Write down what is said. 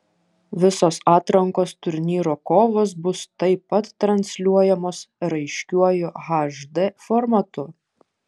visos atrankos turnyro kovos bus taip pat transliuojamos raiškiuoju hd formatu